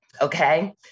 Okay